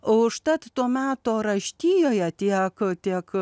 o užtat to meto raštijoje tiek tiek